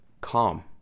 calm